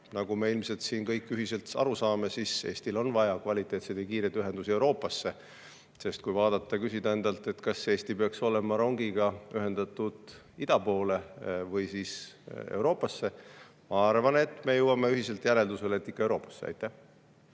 nagu me ilmselt siin kõik ühiselt aru saame, Eestil on vaja kvaliteetseid ja kiireid ühendusi Euroopasse. Kui vaadata ja küsida endalt, kas Eesti peaks olema rongiga ühendatud ida poole või Euroopasse, siis ma arvan, et me jõuame ühiselt järeldusele, et ikka Euroopasse. Aitäh!